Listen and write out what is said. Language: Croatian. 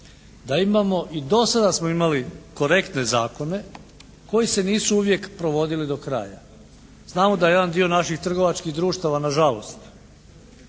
da imamo i do sada smo imali korektne zakone koji se nisu uvijek provodili do kraja. Znamo da jedan dio naših trgovačkih društava nažalost